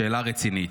שאלה רצינית.